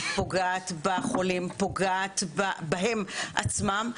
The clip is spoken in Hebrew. פוגעים בחולים ופוגעים בהם עצמם,